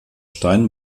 stein